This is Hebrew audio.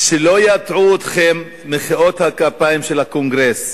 שלא יטעו אתכם מחיאות הכפיים של הקונגרס.